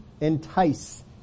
Entice